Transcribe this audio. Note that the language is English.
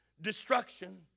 destruction